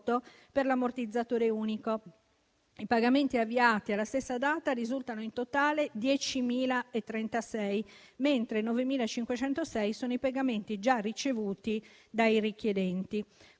per l'ammortizzatore unico. I pagamenti avviati alla stessa data risultano in totale 10.036, mentre 9.506 sono i pagamenti già ricevuti dai richiedenti.